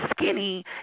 skinny